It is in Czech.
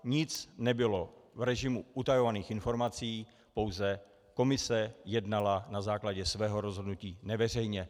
Nic nebylo v režimu utajovaných informací, pouze komise jednala na základě svého rozhodnutí neveřejně.